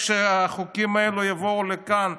כשהחוקים האלה יבואו לכאן,